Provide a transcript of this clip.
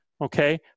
Okay